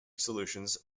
solutions